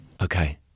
Okay